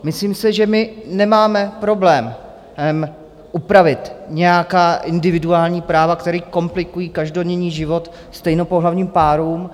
Myslím si, že my nemáme problém upravit nějaká individuální práva, která komplikují každodenní život stejnopohlavním párům.